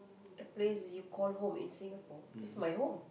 the place you call home in Singapore is my home